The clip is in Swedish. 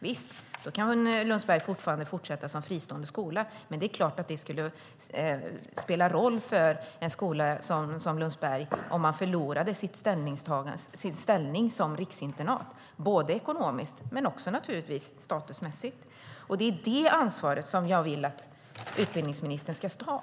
Visst kan Lundsberg fortfarande fortsätta som fristående skola. Men det är klart att det skulle spela roll för en skola som Lundsberg om man förlorade sin ställning som riksinternat, både ekonomiskt och statusmässigt. Det är det ansvaret som jag vill att utbildningsministern ska ta.